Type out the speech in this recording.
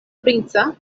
princa